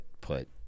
put